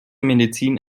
medizin